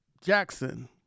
Jackson